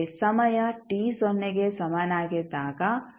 ಸಮಯ t ಸೊನ್ನೆಗೆ ಸಮನಾಗಿದ್ದಾಗ ಅದನ್ನು ವಿವರಿಸಲಾಗುವುದಿಲ್ಲ